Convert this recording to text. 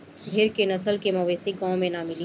भेड़ के नस्ल के मवेशी गाँव में ना मिली